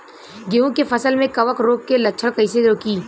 गेहूं के फसल में कवक रोग के लक्षण कईसे रोकी?